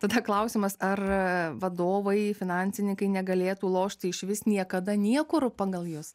tada klausimas ar vadovai finansininkai negalėtų lošti išvis niekada niekur pagal jus